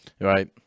Right